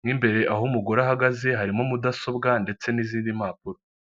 Mo imbere aho umugore ahagaze, harimo mudasobwa ndetse n'izindi mpapuro.